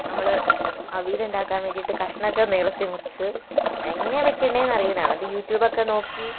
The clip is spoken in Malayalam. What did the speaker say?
നമ്മൾ അവയിൽ ഉണ്ടാക്കാൻ വേണ്ടിയിട്ട് കഷ്ണം ഒക്കെ നീളത്തിൽ മുറിച്ച് എങ്ങനെയാണ് വെക്കേണ്ടത് അറിയില്ല എന്നിട്ട് യൂട്യൂബ് ഒക്കെ നോക്കി